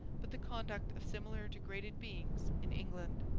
but the conduct of similar degraded beings in england.